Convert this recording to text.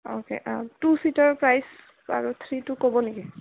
okay two seater price বাৰু থ্ৰীটো ক'ব নেকি